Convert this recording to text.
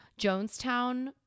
Jonestown